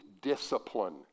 discipline